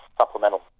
supplemental